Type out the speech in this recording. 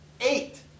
eight